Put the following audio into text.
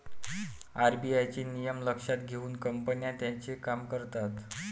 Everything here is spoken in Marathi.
आर.बी.आय चे नियम लक्षात घेऊन कंपन्या त्यांचे काम करतात